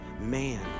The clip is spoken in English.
man